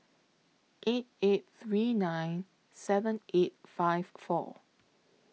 eight eight three nine seven eight five four